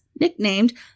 nicknamed